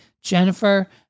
Jennifer